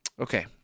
Okay